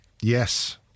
Yes